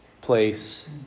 place